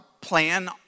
plan